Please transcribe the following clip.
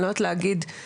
אני לא יודעת להגיד במפורש,